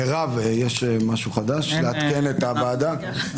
מרב, יש משהו חדש לעדכן את הוועדה?